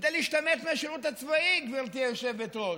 להשתמט מהשירות הצבאי, גברתי היושבת-ראש.